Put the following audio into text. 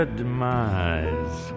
demise